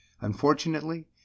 Unfortunately